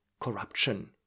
corruption